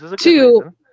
Two